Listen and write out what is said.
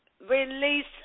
Release